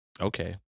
Okay